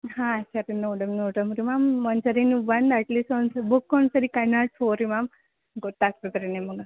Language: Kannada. ಹಾಂ ಸರಿ ನೋಡೋಣ ನೋಡೋಣ ರೀ ಮ್ಯಾಮ್ ಒಂದು ಸಾರಿ ನೀವು ಬಂದು ಅಟ್ಲೀಸ್ಟ್ ಒಂದು ಸ್ ಬುಕ್ ಒಂದು ಸಾರಿ ಕಣ್ಣಾಡ್ಸಿ ಹೋಗ್ ರೀ ಮ್ಯಾಮ್ ಗೊತ್ತಾಗ್ತದೆ ರೀ ನಿಮಗೆ